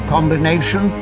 combination